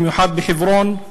במיוחד בחברון,